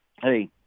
hey